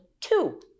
two